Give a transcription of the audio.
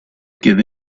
give